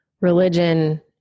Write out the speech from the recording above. religion